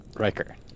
Riker